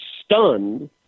stunned